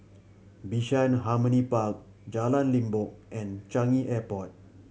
Bishan Harmony Park Jalan Limbok and Changi Airport